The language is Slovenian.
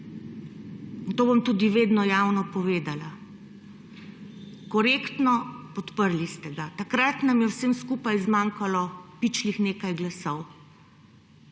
to bom tudi vedno javno povedala. Korektno, podprli ste ga. Takrat nam je vsem skupaj zmanjkalo pičlih nekaj glasov.